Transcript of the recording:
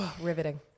riveting